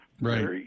Right